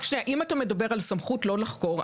אם אתה מדבר על סמכות לא לחקור,